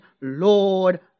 Lord